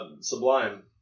Sublime